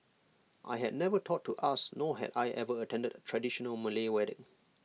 I had never thought to ask nor had I ever attended A traditional Malay wedding